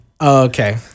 Okay